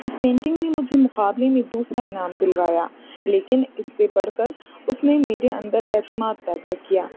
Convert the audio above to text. اس painting نے مجھے مقابلے میں دوسرا انعام دلوایا لیکن اس سے بڑھ کر اس نے میرے اندر اعتماد پیدا کیا